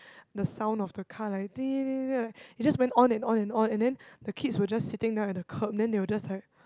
the sound of the car like ding ding ding it just went on and on and on and then the kids were just sitting down at the curb then they were just like